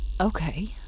Okay